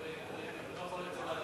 מי נמנע?